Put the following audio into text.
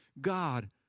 God